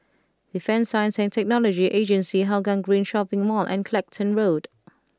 Defence Science and Technology Agency Hougang Green Shopping Mall and Clacton Road